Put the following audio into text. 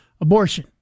abortion